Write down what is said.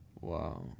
Wow